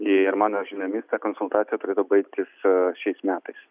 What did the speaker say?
ir mano žiniomis ta konsultacija turėtų baigtis a šiais metais